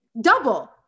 Double